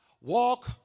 walk